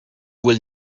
will